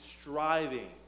striving